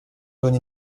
donné